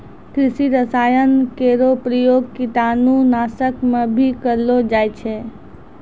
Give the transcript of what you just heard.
कृषि रसायन केरो प्रयोग कीटाणु नाशक म भी करलो जाय छै